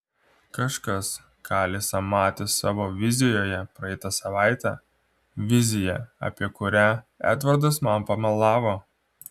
kažkas ką alisa matė savo vizijoje praeitą savaitę viziją apie kurią edvardas man pamelavo